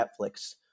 Netflix